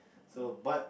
so but